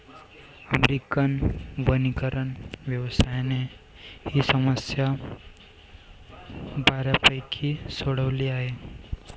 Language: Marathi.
अमेरिकन वनीकरण व्यवसायाने ही समस्या बऱ्यापैकी सोडवली आहे